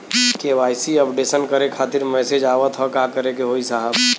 KYC updation करें खातिर message आवत ह का करे के होई साहब?